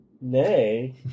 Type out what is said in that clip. nay